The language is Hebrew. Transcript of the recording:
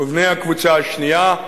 ובני הקבוצה השנייה,